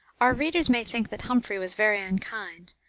our readers may think that humphrey was very unkind,